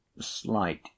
slight